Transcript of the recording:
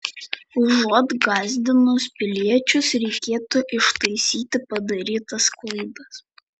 užuot gąsdinus piliečius reikėtų ištaisyti padarytas klaidas